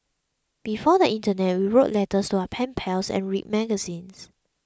before the internet we wrote letters to our pen pals and read magazines